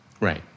Right